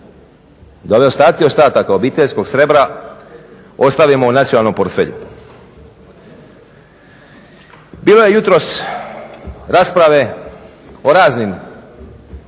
da ove ostatke ostataka obiteljskog srebra ostavimo u nacionalnom portfelju. Bilo je jutros rasprave o raznim